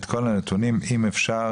מכל המקומות ואליהם את כל הנתונים אם אפשר.